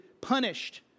punished